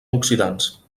oxidants